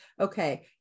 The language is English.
okay